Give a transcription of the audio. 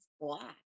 black